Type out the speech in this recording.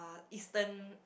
eastern